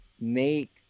make